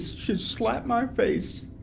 she'd slap my face.